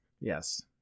Yes